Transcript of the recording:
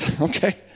Okay